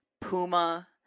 Puma